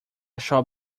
shall